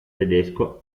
tedesco